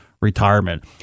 Retirement